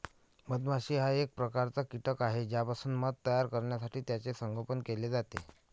मधमाशी हा एक प्रकारचा कीटक आहे ज्यापासून मध तयार करण्यासाठी त्याचे संगोपन केले जाते